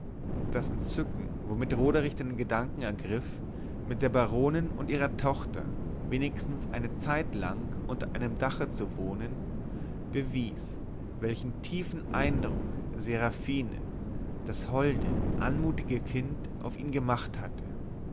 das entzücken womit roderich den gedanken ergriff mit der baronin und ihrer tochter wenigstens eine zeitlang unter einem dache zu wohnen bewies welchen tiefen eindruck seraphine das holde anmutige kind auf ihn gemacht hatte